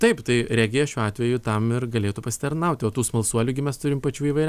taip tai regija šiuo atveju tam ir galėtų pasitarnauti o tų smalsuolių gi mes turim pačių įvairia